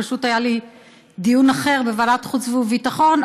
פשוט היה לי דיון אחר בוועדת חוץ וביטחון,